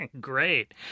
Great